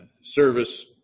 service